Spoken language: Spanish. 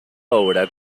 obra